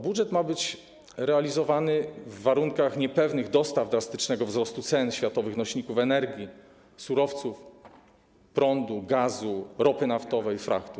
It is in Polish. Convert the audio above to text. Budżet ma być realizowany w warunkach niepewnych dostaw i drastycznego wzrostu cen światowych nośników energii, surowców, prądu, gazu, ropy naftowej, frachtu.